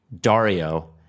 Dario